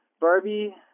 Barbie